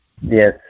yes